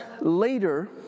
later